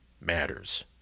matters